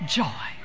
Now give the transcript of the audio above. joy